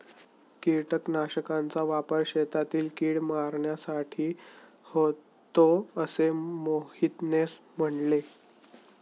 कीटकनाशकांचा वापर शेतातील कीड मारण्यासाठी होतो असे मोहिते म्हणाले